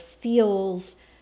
feels